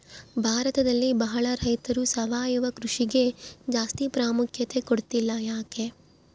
ಭಾರತದಲ್ಲಿ ಬಹಳ ರೈತರು ಸಾವಯವ ಕೃಷಿಗೆ ಜಾಸ್ತಿ ಪ್ರಾಮುಖ್ಯತೆ ಕೊಡ್ತಿಲ್ಲ ಯಾಕೆ?